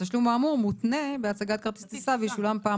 התשלום האמור מותנה בהצגת כרטיס טיסה וישולם פעם